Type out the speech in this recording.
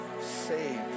saved